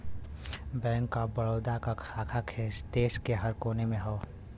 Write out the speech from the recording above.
bank of Baroda क शाखा देश के हर कोने में हौ